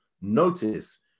Notice